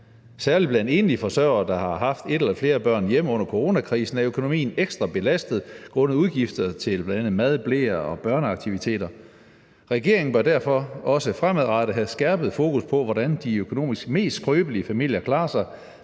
Særlig blandt enlige forsørgere, der har haft et eller flere børn hjemme under coronakrisen, er økonomien ekstra belastet på grund af udgifter til bl.a. mad, bleer og børneaktiviteter, så regeringen bør derfor også fremadrettet have skærpet fokus på, hvordan de økonomisk mest skrøbelige familier klarer sig,